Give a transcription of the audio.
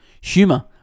Humor